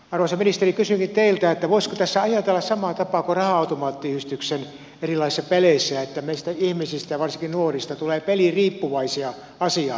arvoisa ministeri kysynkin teiltä voisiko tässä ajatella samaan tapaan kuin raha automaattiyhdistyksen erilaisissa peleissä että meistä ihmisistä varsinkin nuorista tulee peliriippuvaisia asiaan